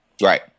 Right